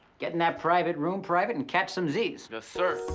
get in that private room, private, and catch some z's. yes sir.